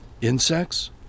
insects